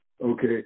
Okay